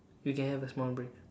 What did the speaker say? you can have a small break